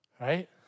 right